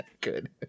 Good